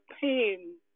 pain